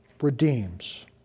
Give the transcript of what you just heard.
redeems